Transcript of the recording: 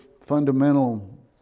fundamental